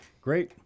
Great